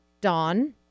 Dawn